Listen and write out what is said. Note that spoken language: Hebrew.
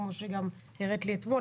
כמו שגם הראית לי אתמול.